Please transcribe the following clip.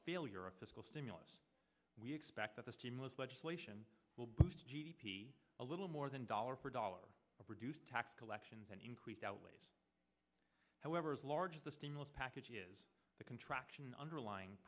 failure of fiscal stimulus we expect that the stimulus legislation will boost g d p a little more than dollar per dollar of reduced tax collections and increase outlays however as large as the stimulus package is the contraction underlying